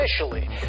officially